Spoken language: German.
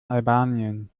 albanien